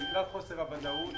בגלל חוסר הוודאות